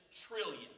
trillion